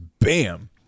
bam